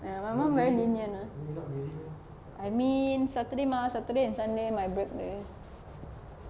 ya my mum very lenient ah I mean saturday mah saturday and sunday my break leh